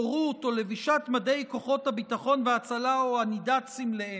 הורות או לבישת מדי כוחות הביטחון וההצלה או ענידת סמליהם.